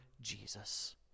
Jesus